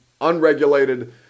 unregulated